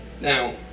now